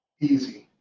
easy